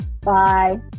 Bye